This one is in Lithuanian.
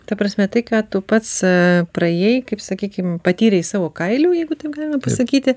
ta prasme tai ką tu pats praėjai kaip sakykim patyrei savo kailiu jeigu taip galima pasakyti